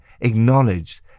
acknowledged